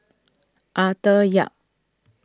Arthur Yap